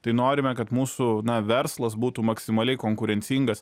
tai norime kad mūsų verslas būtų maksimaliai konkurencingas